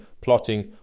plotting